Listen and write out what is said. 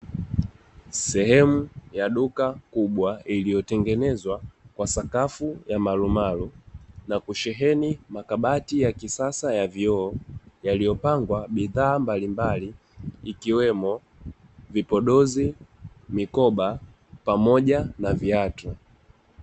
Sehemu ya duka kubwa iliyotengenezwa kwa sakafu ya murumaru na kusheheni makabati ya kisasa ya vioo yaliyopangwa bidhaa mbalimbali ikiwemo vipodozi, mikoba pamoja na viatu.